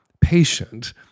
patient